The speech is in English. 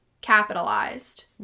capitalized